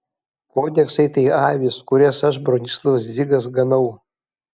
kodeksai tai avys kurias aš bronislovas dzigas ganau